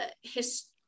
history